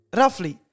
roughly